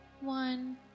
one